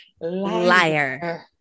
liar